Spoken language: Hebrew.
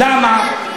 למה?